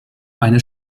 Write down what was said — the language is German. eine